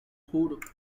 juro